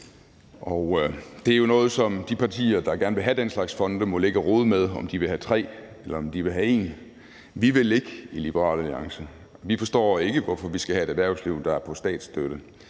Det er jo noget, som de partier, der gerne ville have den slags fonde, må ligge og rode med: om de vil have tre, eller om de vil have en. Vi vil ikke i Liberal Alliance. Vi forstår ikke, hvorfor vi skal have et erhvervsliv, der er på statsstøtte.